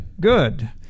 Good